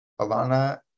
Alana